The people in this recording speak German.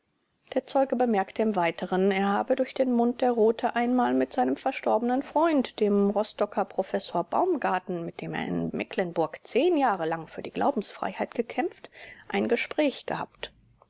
der zeuge bemerkte im weiteren er habe durch den mund der rothe einmal mit seinem verstorbenen freund dem rostocker professor baumgarten mit dem er in mecklenburg zehn jahre lang für die glaubensfreiheit gekämpft ein gespräch gehabt